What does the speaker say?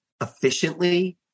efficiently